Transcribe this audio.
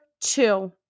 two